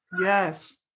yes